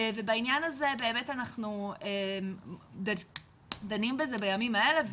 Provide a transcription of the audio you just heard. ובעניין הזה באמת אנחנו דנים בזה בימים האלה,